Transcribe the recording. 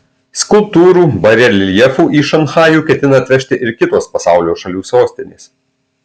skulptūrų bareljefų į šanchajų ketina atvežti ir kitos pasaulio šalių sostinės